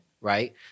right